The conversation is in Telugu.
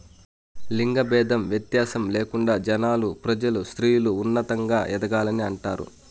లింగ భేదం వ్యత్యాసం లేకుండా జనాలు ప్రజలు స్త్రీలు ఉన్నతంగా ఎదగాలని అంటారు